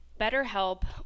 BetterHelp